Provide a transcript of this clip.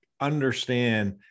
understand